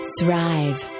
Thrive